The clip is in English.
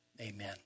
amen